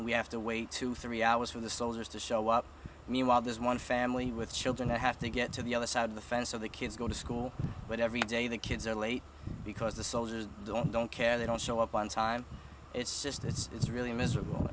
and we have to wait two three hours for the soldiers to show up meanwhile there's one family with children that have to get to the other side of the fence so the kids go to school but every day the kids are late because the soldiers don't don't care they don't show up on time it's just it's it's really miserable